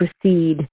proceed